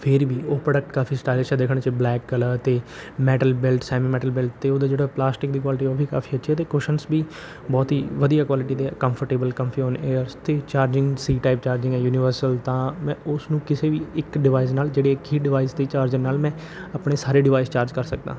ਫੇਰ ਵੀ ਉਹ ਬੜਾ ਕਾਫ਼ੀ ਸਟਾਈਲਿਸ਼ ਹੈ ਦਿਖਣ 'ਚ ਬਲੈਕ ਕਲਰ ਅਤੇ ਮੈਟਲ ਬੈਲਟ ਸੈਮ ਮੈਟਲ ਅਤੇ ਉਹਦਾ ਜਿਹੜਾ ਪਲਾਸਟਿਕ ਦੀ ਕੁਆਲਟੀ ਉਹ ਵੀ ਕਾਫ਼ੀ ਅੱਛੀ ਹੈ ਅਤੇ ਕੁਸ਼ਨਸ ਵੀ ਬਹੁਤ ਹੀ ਵਧੀਆ ਕੁਆਲਟੀ ਦੇ ਹੈ ਕੰਫਰਟੇਬਲ ਕੰਫਿਊਨ ਏਅਰਸ ਅਤੇ ਚਾਰਜਿੰਗ ਸੀ ਟਾਇਪ ਚਾਰਜਿੰਗ ਹੈ ਯੂਨੀਵਰਸਲ ਤਾਂ ਮੈਂ ਉਸਨੂੰ ਕਿਸੇ ਵੀ ਇੱਕ ਡਿਵਾਇਸ ਨਾਲ ਜਿਹੜੇ ਇੱਕ ਹੀ ਡਿਵਾਇਸ ਦੇ ਚਾਰਜਰ ਨਾਲ ਮੈਂ ਆਪਣੇ ਸਾਰੇ ਡਿਵਾਈਸ ਚਾਰਜ ਕਰ ਸਕਦਾ